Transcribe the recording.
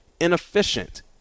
Inefficient